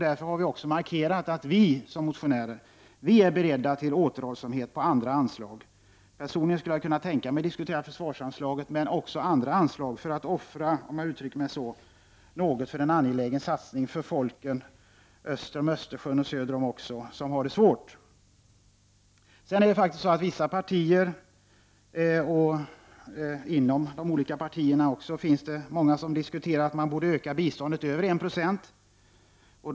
Därför har vi också markerat att vi som motionärer är beredda till återhållsamhet på andra anslag. Personligen skulle jag kunna tänka mig diskutera försvarsanslaget men också andra anslag, för att offra — om jag uttrycker mig så — något på en angelägen satsning för folken öster och söder om Östersjön som har det svårt. Vissa partier och även personer inom de olika partierna diskuterar att man borde öka biståndet över 1 70.